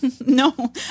no